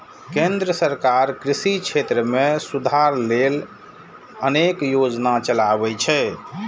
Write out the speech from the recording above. केंद्र सरकार कृषि क्षेत्र मे सुधार लेल अनेक योजना चलाबै छै